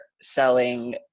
selling